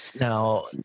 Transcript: Now